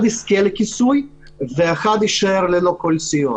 אחד יזכה לכיסוי ואחד יישאר ללא כל סיוע.